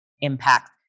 impact